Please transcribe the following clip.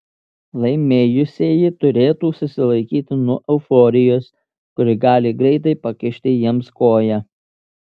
laimėjusieji turėtų susilaikyti nuo euforijos kuri gali greitai pakišti jiems koją